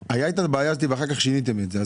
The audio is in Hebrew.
הייתה הבעיה הזאת ואחר כך שיניתם את זה.